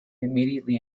immediately